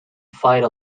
fight